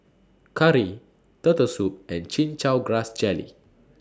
Curry Turtle Soup and Chin Chow Grass Jelly